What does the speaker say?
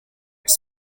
its